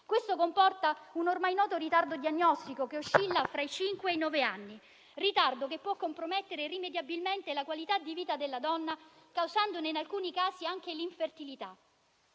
Questo comporta un ormai noto ritardo diagnostico che oscilla fra i cinque e i nove anni; ritardo che può compromettere irrimediabilmente la qualità di vita della donna, causandone in alcuni casi anche l'infertilità.